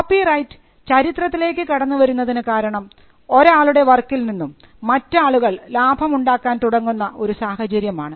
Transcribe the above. copyright ചരിത്രത്തിലേക്ക് കടന്നുവരുന്നതിന് കാരണം ഒരാളുടെ വർക്കിൽ നിന്നും മറ്റ് ആളുകൾ ലാഭമുണ്ടാക്കാൻ തുടങ്ങുന്ന ഒരു സാഹചര്യമാണ്